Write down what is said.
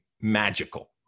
magical